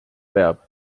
peab